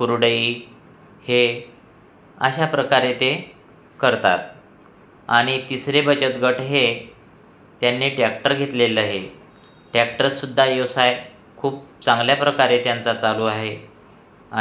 कुरडई हे अशा प्रकारे ते करतात आनि तिसरे बचत गट हे त्यांनी टॅक्टर घेतलेलं आहे टॅक्टरसुद्धा व्यवसाय खूप चांगल्या प्रकारे त्यांचा चालू आहे